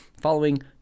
following